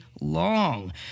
long